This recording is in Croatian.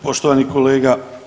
Poštovani kolega.